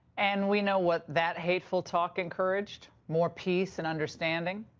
and we know what that hateful talk encouraged, more peace and understanding?